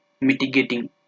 mitigating